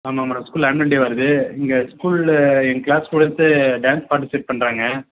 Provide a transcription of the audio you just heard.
ஆமாம் madam school annual day வருது இங்கே ஸ்கூலில் என் க்ளாஸ் ஸ்டூடெண்ட்ஸு டான்ஸ் பார்ட்டிசிபேட் பண்ணுறாங்க